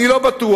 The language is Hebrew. אני לא בטוח,